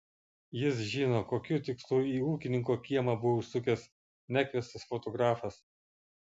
jis žino kokiu tikslu į ūkininko kiemą buvo užsukęs nekviestas fotografas